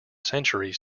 centuries